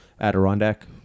Adirondack